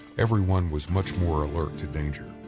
everyone was much more alert to danger,